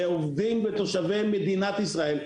לעובדים ותושבי מדינת ישראל,